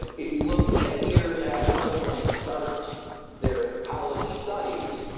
ah if you look ten years after someone starts their college studies,